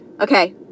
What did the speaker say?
okay